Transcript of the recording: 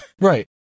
Right